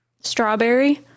Strawberry